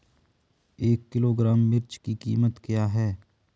एक किलोग्राम मिर्च की कीमत क्या है?